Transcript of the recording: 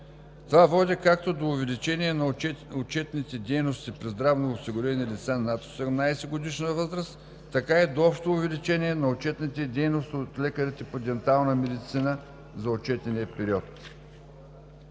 Това води както до увеличение на отчетните дейности при здравноосигурени лица над 18-годишна възраст, така и до общо увеличение на отчетните дейности от лекарите по дентална медицина за отчетения период.